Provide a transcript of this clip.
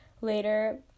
later